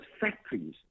factories